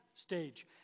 stage